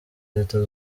leta